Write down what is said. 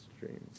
dreams